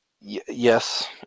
Yes